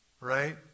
right